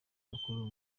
bakuru